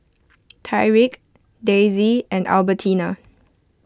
Tyrik Daisy and Albertina